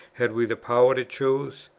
had we the power of choice?